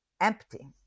empty